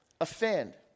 offend